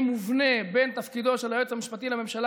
מובנה בין תפקידו של היועץ המשפטי לממשלה,